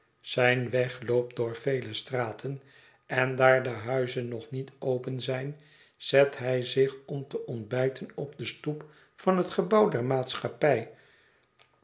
zijn weg loopt door vele straten en daar de huizen nog niet open zijn zet hij zich om te ontbijten op de stoep van het gebouw der maatschappij